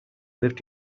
lived